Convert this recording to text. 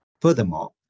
Furthermore